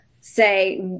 say